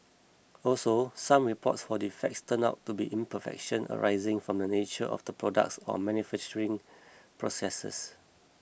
also some reports for defects turned out to be imperfections arising from the nature of the products or manufacturing processes